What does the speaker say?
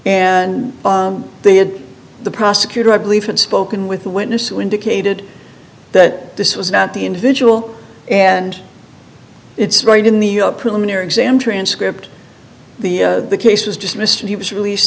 and they had the prosecutor i believe had spoken with a witness who indicated that this was not the individual and it's right in the preliminary exam transcript the case was dismissed and he was released